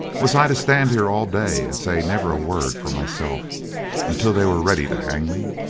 was i to stand here all day and say never a word for myself until they were ready to hang me?